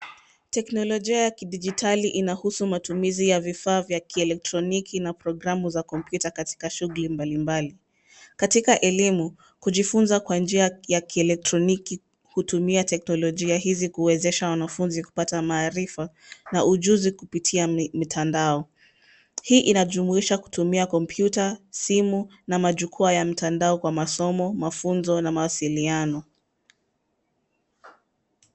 Teknolojia ya kidijitali inahusu matumizi ya vifaa vya kieletroniki na programu za kompyuta katika shughuli mbalimbali. Katika elimu, kujifunza kwa njia ya kieletroniki hutumia teknolojia hizi kuwezesha wanafunzi kupata maarifa na ujuzi kupitia mitandao. Hii inajumuisha kutumia kompyuta, simu na majukwaa ya mtandao kwa masomo, mafunzo na mawasiliano.